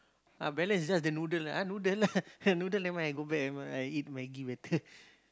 uh balance it's just the noodle ah noodle noodle never mind I go back never mind I eat Maggie better